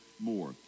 more